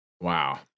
Wow